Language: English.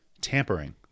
Tampering